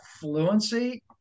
fluency